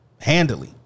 handily